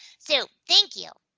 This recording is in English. so, thank you.